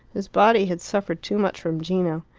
his body had suffered too much from gino.